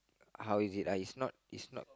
how is it ah is not is not